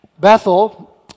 Bethel